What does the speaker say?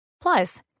Plus